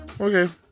Okay